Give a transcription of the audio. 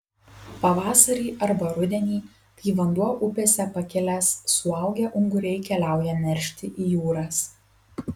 pavasarį arba rudenį kai vanduo upėse pakilęs suaugę unguriai keliauja neršti į jūras